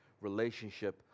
relationship